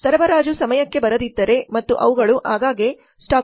ಸರಬರಾಜು ಸಮಯಕ್ಕೆ ಬರದಿದ್ದರೆ ಮತ್ತು ಅವುಗಳು ಆಗಾಗ್ಗೆ ಸ್ಟಾಕ್